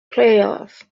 playoff